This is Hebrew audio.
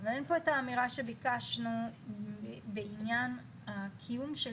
ואין פה את האמירה שביקשנו בעניין הקיום של